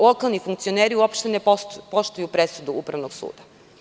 Lokalni funkcioneri uopšte ne poštuju presudu Upravnog suda.